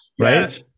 right